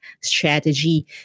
strategy